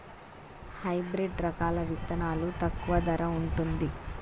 Hybrid రకాల విత్తనాలు తక్కువ ధర ఉంటుందా?